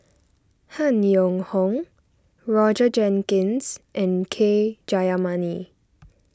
Han Yong Hong Roger Jenkins and K Jayamani